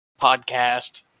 podcast